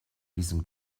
diesem